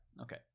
Okay